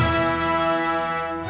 um